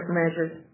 measures